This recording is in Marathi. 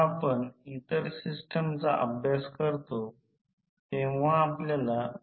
हे बदलणार नाही व्होल्टमीटर चे वाचन मिळाले तर ते बदलले आहे जसे बदलले आहे परंतु मी ध्रुवीयता वापरला आहे